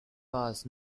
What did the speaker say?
was